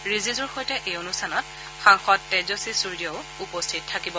ৰিজিজুৰ সৈতে এই অনুষ্ঠানত সাংসদ তেজন্বী চুৰ্যাও উপস্থিত থাকিব